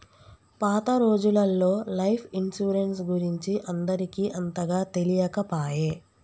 పాత రోజులల్లో life insurance గురించి అందరికి అంతగా తెలియకపాయె